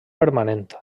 permanent